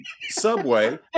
subway